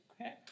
Okay